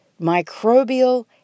microbial